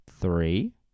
Three